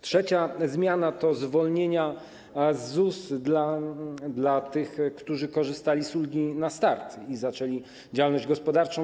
Trzecia zmiana to zwolnienia z ZUS-u dla tych, którzy korzystali z ulgi na start i zaczęli działalność gospodarczą.